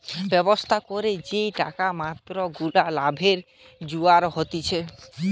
ব্যবসা করে যে টাকার মাত্রা গুলা লাভে জুগার হতিছে